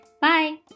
Bye